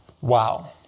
Wow